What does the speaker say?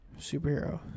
superhero